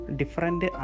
different